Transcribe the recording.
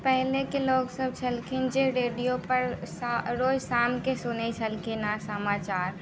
पहिनेके लोकसभ छलखिन जे रेडियोपर शा रोज शामके सुनैत छलखिन हेँ समाचार